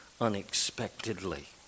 unexpectedly